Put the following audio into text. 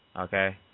Okay